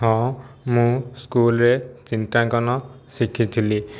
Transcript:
ହଁ ମୁଁ ସ୍କୁଲ୍ରେ ଚିତ୍ରାଙ୍କନ ଶିଖିଥିଲି